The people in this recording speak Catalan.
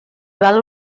val